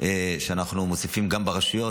שאנחנו מוסיפים גם ברשויות.